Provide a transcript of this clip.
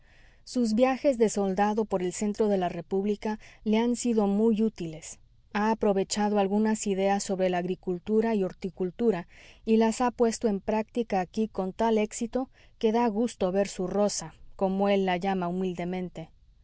sus viajes de soldado por el centro de la república le han sido muy útiles ha aprovechado algunas ideas sobre la agricultura y horticultura y las ha puesto en práctica aquí con tal éxito que da gusto ver su roza como él la llama humildemente